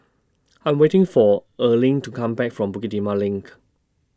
I Am waiting For Erling to Come Back from Bukit Timah LINK